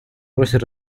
просит